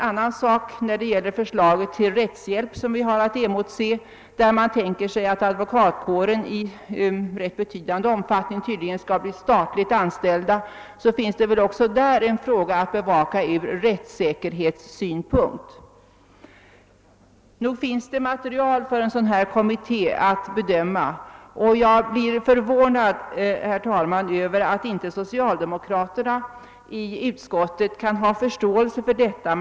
Vad sedan gäller det förslag till rättshjälp som är att emotse och med tanke på att advokatkåren tydligen i ganska betydande omfattning skall bli statlig har vi väl även där en fråga att bevaka från rättssäkerhetssynpunkt. Nog finns det material för denna utredning att arbeta med, och jag är förvånad över att inte socialdemokraterna i utskottet har haft förståelse för den saken.